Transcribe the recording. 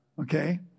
Okay